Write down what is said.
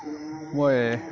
মই